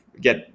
get